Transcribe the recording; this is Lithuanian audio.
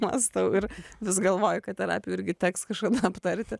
mąstau ir vis galvoju kad terapijoj irgi teks kažkada patarti